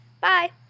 Bye